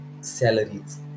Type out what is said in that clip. salaries